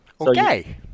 Okay